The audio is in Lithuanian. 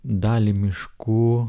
dalį miškų